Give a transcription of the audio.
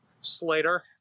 Slater